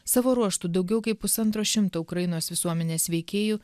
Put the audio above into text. savo ruožtu daugiau kaip pusantro šimto ukrainos visuomenės veikėjų